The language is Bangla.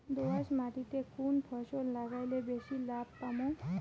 দোয়াস মাটিতে কুন ফসল লাগাইলে বেশি লাভ পামু?